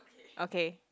okay